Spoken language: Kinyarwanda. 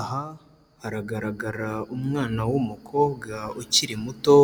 Aha haragaragara umwana w'umukobwa ukiri muto